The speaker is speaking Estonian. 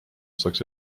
saaks